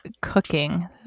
cooking